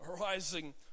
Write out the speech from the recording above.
rising